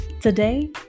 Today